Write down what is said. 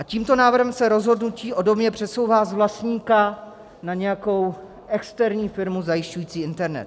Tímto návrhem se rozhodnutí o domě přesouvá z vlastníka na nějakou externí firmu zajišťující internet.